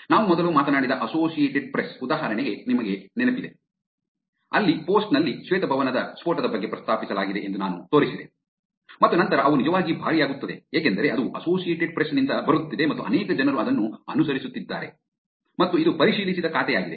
ನಾವು ಮೊದಲು ಮಾತನಾಡಿದ ಅಸೋಸಿಯೇಟೆಡ್ ಪ್ರೆಸ್ ಉದಾಹರಣೆ ನಿಮಗೆ ನೆನಪಿದೆ ಅಲ್ಲಿ ಪೋಸ್ಟ್ ನಲ್ಲಿ ಶ್ವೇತಭವನದ ಸ್ಫೋಟದ ಬಗ್ಗೆ ಪ್ರಸ್ತಾಪಿಸಲಾಗಿದೆ ಎಂದು ನಾನು ತೋರಿಸಿದೆ ಮತ್ತು ನಂತರ ಅವು ನಿಜವಾಗಿ ಭಾರಿಯಾಗುತ್ತದೆ ಏಕೆಂದರೆ ಅದು ಅಸೋಸಿಯೇಟೆಡ್ ಪ್ರೆಸ್ ನಿಂದ ಬರುತ್ತಿದೆ ಮತ್ತು ಅನೇಕ ಜನರು ಅದನ್ನು ಅನುಸರಿಸುತ್ತಿದ್ದಾರೆ ಮತ್ತು ಇದು ಪರಿಶೀಲಿಸಿದ ಖಾತೆಯಾಗಿದೆ